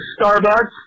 Starbucks